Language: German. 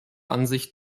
ansicht